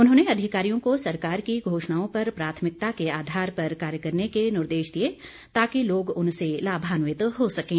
उन्होंने अधिकारियों को सरकार की घोषणाओं पर प्राथमिकता के आधार पर कार्य करने के निर्देश दिए ताकि लोग उनसे लाभान्वित हो सकें